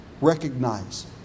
recognize